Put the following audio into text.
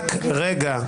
רק רגע.